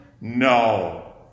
No